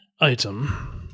item